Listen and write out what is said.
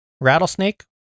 Rattlesnake